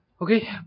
Okay